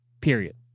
period